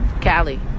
Cali